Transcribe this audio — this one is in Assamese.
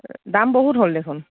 দাম বহুত হ'ল দেখোন